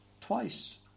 twice